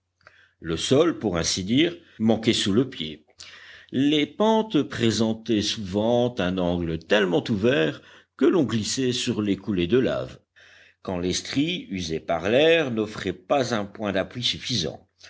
le sol pour ainsi dire manquait sous le pied les pentes présentaient souvent un angle tellement ouvert que l'on glissait sur les coulées de laves quand les stries usées par l'air n'offraient pas un point d'appui suffisant